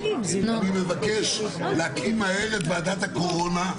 אני מבקש להקים מהר את ועדת הקורונה,